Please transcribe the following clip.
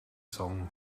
song